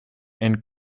and